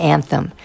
Anthem